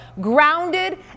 Grounded